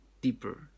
deeper